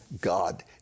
God